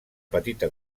petita